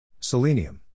Selenium